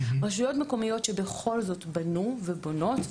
שבכל זאת בנו ובונות,